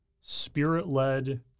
spirit-led